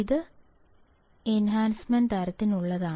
ഇത് എൻഹാൻസ്മെൻറ് തരത്തിനുള്ളതാണ്